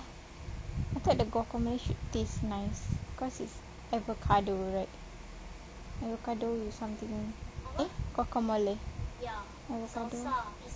I thought the guacamole should taste nice cause it's avocado right avocado with something eh guacamole